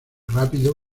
rápido